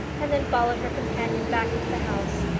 and then followed her companion back into the house.